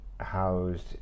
housed